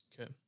Okay